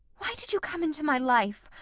why did you come into my life?